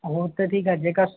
उहो त ठीकु आहे जेका